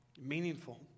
meaningful